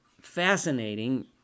fascinating